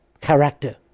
character